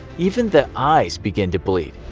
even the eyes begin to bleed.